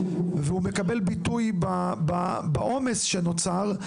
והוא מקבל ביטוי בעומס שנוצר,